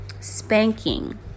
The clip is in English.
spanking